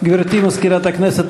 גברתי מזכירת הכנסת,